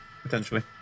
Potentially